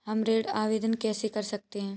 हम ऋण आवेदन कैसे कर सकते हैं?